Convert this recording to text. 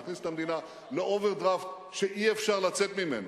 להכניס את המדינה לאוברדרפט שאי-אפשר לצאת ממנו.